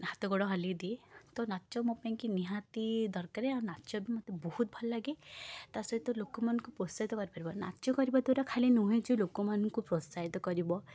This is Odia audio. ହାତଗୋଡ଼ ହଲେଇ ଦିଏ ତ ନାଚ ମୋ ପାଇଁ କି ନିହାତି ଦରକାରେ ଆଉ ନାଚ ବି ମୋତେ ବହୁତ ଭଲଲାଗେ ତା' ସହିତ ଲୋକମାନଙ୍କୁ ପ୍ରୋତ୍ସାହିତ କରିପାରିବ ନାଚ କରିବା ଦ୍ୱାରା ଖାଲି ନୁହେଁ ଯେ ଲୋକମାନଙ୍କୁ ପ୍ରୋତ୍ସାହିତ କରିବ